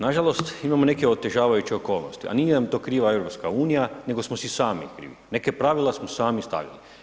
Nažalost imamo neke otežavajuće okolnosti a nije nam to kriva EU, nego smo si sami krivi, neka pravila smo sami stavili.